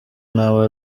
nawe